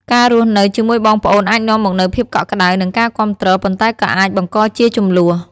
ការរស់នៅជាមួយបងប្អូនអាចនាំមកនូវភាពកក់ក្ដៅ និងការគាំទ្រ ប៉ុន្តែក៏អាចបង្កជាជម្លោះ។